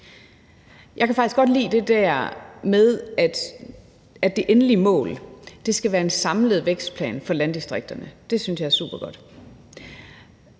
Jeg kan faktisk godt lide det der med, at det endelige mål skal være en samlet vækstplan for landdistrikterne. Det synes jeg er super godt.